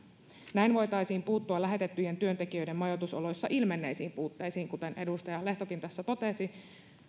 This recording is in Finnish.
näin voitaisiin puuttua lähetettyjen työntekijöiden majoitusoloissa ilmenneisiin puutteisiin kuten edustaja lehtokin tässä totesi